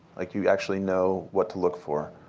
like you actually know what to look for,